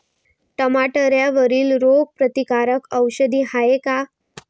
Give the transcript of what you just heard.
टमाट्यावरील रोग प्रतीकारक औषध हाये का?